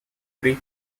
pre